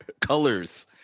colors